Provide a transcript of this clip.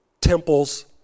temples